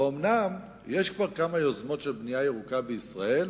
ואכן, יש כבר כמה יוזמות של בנייה ירוקה בישראל,